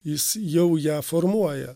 jis jau ją formuoja